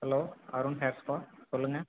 hello Arun hair spa சொல்லுங்கள்